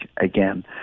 again